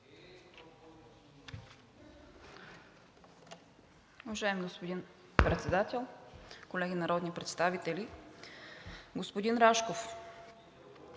Уважаеми господин Председател, колеги народни представители! Господин Рашков,